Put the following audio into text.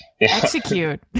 Execute